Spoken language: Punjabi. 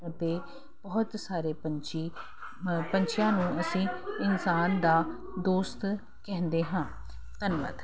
ਅਤੇ ਬਹੁਤ ਸਾਰੇ ਪੰਛੀ ਪੰਛੀਆਂ ਨੂੰ ਅਸੀਂ ਇਨਸਾਨ ਦਾ ਦੋਸਤ ਕਹਿੰਦੇ ਹਾਂ ਧੰਨਵਾਦ